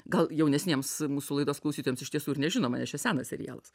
gal jaunesniems mūsų laidos klausytojams iš tiesų ir nežinoma nes čia senas serialas